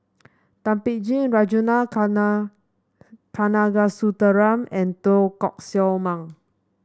Thum Ping Tjin Ragunathar Kanagasuntheram and Teo Koh Sock Mang